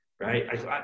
right